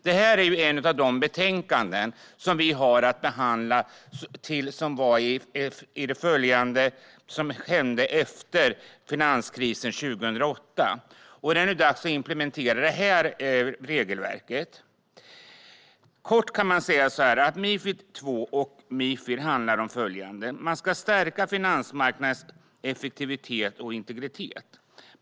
Det här är ett av de betänkanden som vi har att behandla som gäller det som följde på finanskrisen 2008. Det är nu dags att implementera detta regelverk. Kort kan det sägas att Mifid och Mifid II handlar om att man ska stärka finansmarknadens effektivitet och integritet.